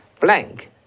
blank